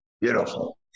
Beautiful